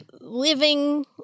Living